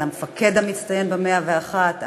על המפקד המצטיין ב-101,